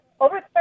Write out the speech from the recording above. over